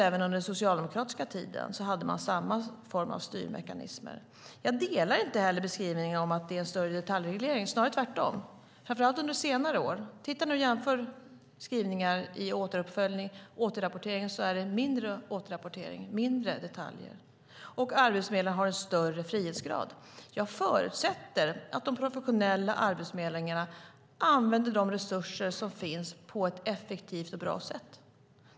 Även under den socialdemokratiska tiden hade man samma form av styrmekanismer. Jag instämmer inte i beskrivningen att det nu är en större detaljreglering. Det är snarare tvärtom - framför allt under senare år. Jämför skrivningarna om återrapportering. Det är färre återrapporteringar och färre detaljer. Arbetsförmedlingarna har en större frihetsgrad. Jag förutsätter att de professionella arbetsförmedlingarna använder de resurser som finns på ett effektivt och bra sätt.